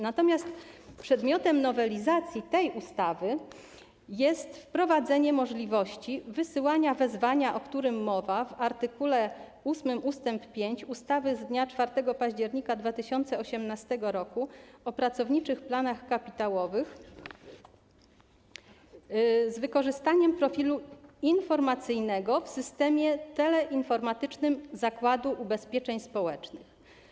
Natomiast przedmiotem nowelizacji tej ustawy jest wprowadzenie możliwości wysyłania wezwania, o którym mowa w art. 8 ust. 5 ustawy z dnia 4 października 2018 r. o pracowniczych planach kapitałowych, z wykorzystaniem profilu informacyjnego w systemie teleinformatycznym Zakładu Ubezpieczeń Społecznych.